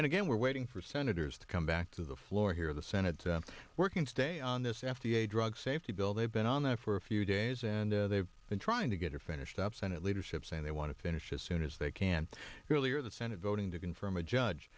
and again we're waiting for senators to come back to the floor here the senate working today on this f d a drug safety bill they've been on there for a few days and they've been trying to get it finished up senate leadership saying they want to finish as soon as they can really are the senate voting to confirm a judge